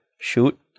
shoot